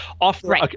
offer